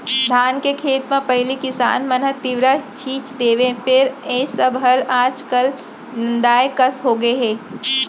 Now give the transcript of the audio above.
धान के खेत म पहिली किसान मन ह तिंवरा छींच देवय फेर ए सब हर आज काल नंदाए कस होगे हे